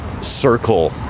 circle